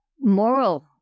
moral